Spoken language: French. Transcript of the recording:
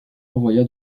envoya